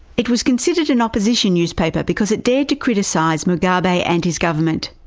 it was considered an opposition newspaper because it dared to criticise mugabe and his government.